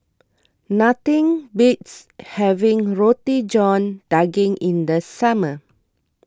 nothing beats having Roti John Daging in the summer